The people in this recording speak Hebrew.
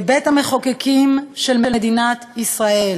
בבית-המחוקקים של מדינת ישראל,